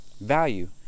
value